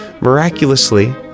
miraculously